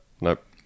Nope